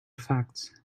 facts